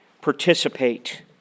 participate